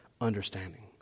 understanding